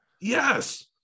Yes